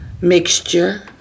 mixture